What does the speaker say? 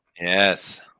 Yes